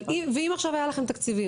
ואם עכשיו היה לכם תקציבים,